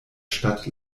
stadt